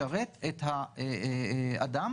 אז הם לא מקפידים והמעסיקים